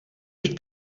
být